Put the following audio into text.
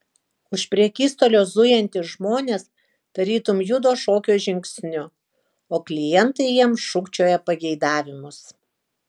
už prekystalio zujantys žmonės tarytum juda šokio žingsniu o klientai jiems šūkčioja pageidavimus